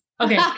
Okay